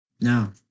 No